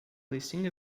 listing